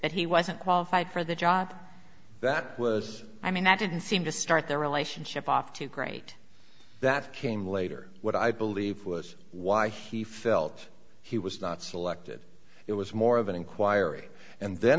and he wasn't qualified for the job that was i mean that didn't seem to start their relationship off to great that came later what i believe was why he felt he was not selected it was more of an inquiry and then